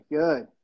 good